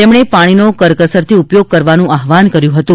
તેમણે પાણીનો કરકસરથી ઉપયોગ કરવાનું આહવાન કર્યું હતું